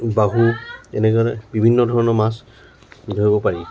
বাহু এনেদৰে বিভিন্ন ধৰণৰ মাছ ধৰিব পাৰি